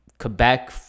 Quebec